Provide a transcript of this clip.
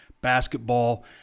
basketball